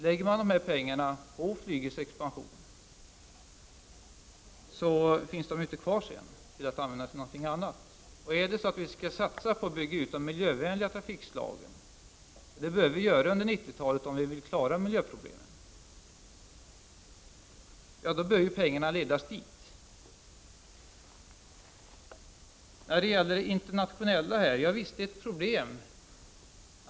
Lägger man dessa pengar på flygets expansion finns de inte kvar så att man kan använda dem till något annat. Skall vi satsa på att bygga ut de miljövänliga trafikslagen, och det bör vi göra under 90-talet om vi vill klara miljöproblemen, bör pengarna ledas dit. Visst är de internationella frågorna ett problem.